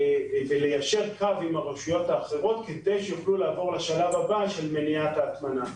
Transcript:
וליישר קו עם הרשויות האחרות כדי שיוכלו לעבור לשלב הבא של מניעת ההטמנה.